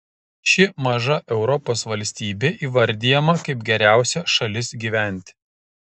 ši maža europos valstybė įvardijama kaip geriausia šalis gyventi